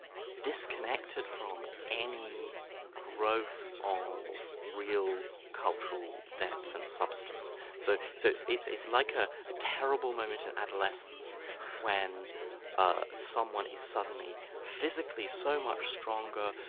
disconnected from any growth of real cultural depth and substance. so so it's like a like ah ah terrible moment in adolescence when ah someone is suddenly physically so much stronger,